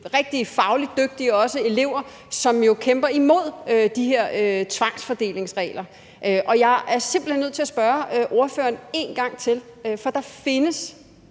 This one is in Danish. rigtig fagligt dygtige, elever, som jo kæmper imod de her tvangsfordelingsregler. Jeg er simpelt hen nødt til at spørge ordføreren en gang til. For mig